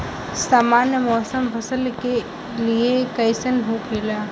सामान्य मौसम फसल के लिए कईसन होखेला?